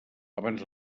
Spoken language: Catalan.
abans